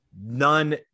None